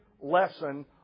lesson